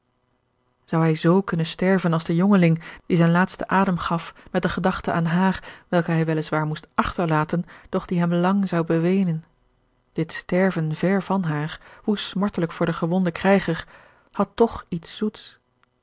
zou hij z kunnen sterven als de jongeling die zijn laatsten adem gaf met de gedachte aan haar welke hij wel is waar moest achterlaten doch die hem lang zou beweenen dit sterven ver van haar hoe smartelijk voor den gewonden krijger had toch iets zoets